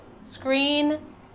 screen